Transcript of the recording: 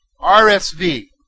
RSV